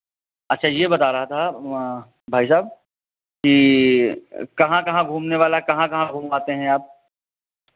अच्छा ये बता रहा था भाईसाहब कि कहाँ कहाँ घूमने वाला कहाँ कहाँ घुमवाते हैं आप